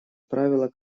правило